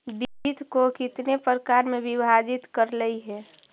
वित्त को कितने प्रकार में विभाजित करलइ हे